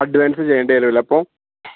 advance ചെയ്യേണ്ടി വെരൂല്ലേപ്പോൾ